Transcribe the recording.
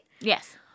Yes